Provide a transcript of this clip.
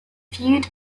feud